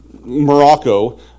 Morocco